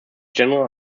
general